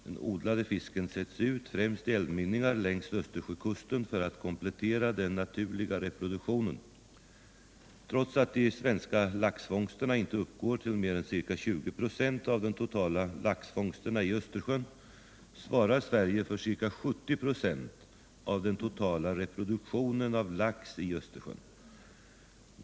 Den odlade fisken sätts ut, främst i älvmynningar längs Östersjökusten, för att komplettera den naturliga reproduktionen. Trots att de svenska laxfångsterna inte uppgår till mer än ca 20 96 av de totala laxfångsterna i Östersjön svarar Sverige för ca 70 96 av den totala reproduktionen av lax i Östersjön.